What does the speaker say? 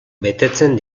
betetzen